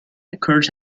occurs